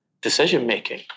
decision-making